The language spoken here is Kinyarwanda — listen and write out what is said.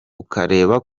ukareba